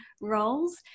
roles